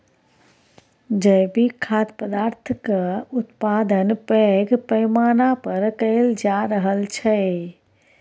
जैविक खाद्य पदार्थक उत्पादन पैघ पैमाना पर कएल जा रहल छै